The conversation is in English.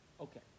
Okay